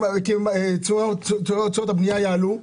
תשואות הבנייה יעלו.